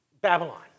Babylon